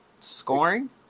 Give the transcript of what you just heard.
Scoring